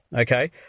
okay